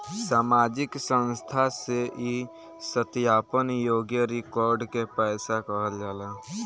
सामाजिक संस्था से ई सत्यापन योग्य रिकॉर्ड के पैसा कहल जाला